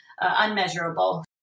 unmeasurable